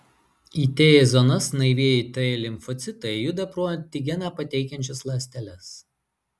į t zonas naivieji t limfocitai juda pro antigeną pateikiančias ląsteles